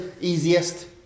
easiest